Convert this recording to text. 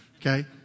Okay